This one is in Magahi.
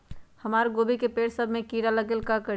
हमरा गोभी के पेड़ सब में किरा लग गेल का करी?